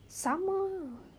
sama